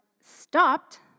stopped